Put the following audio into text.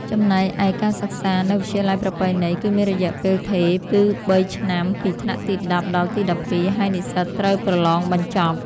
ចំណែកឯការសិក្សានៅ វិទ្យាល័យប្រពៃណី គឺមានរយៈពេលថេរ គឺបីឆ្នាំ (ពីថ្នាក់ទី១០ដល់ទី១២) ហើយនិស្សិតត្រូវប្រឡងបញ្ចប់។